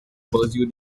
pursue